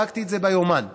בדקתי את זה ביומן.